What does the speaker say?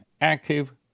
active